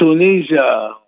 Tunisia